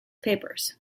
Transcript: papers